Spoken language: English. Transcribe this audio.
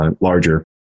larger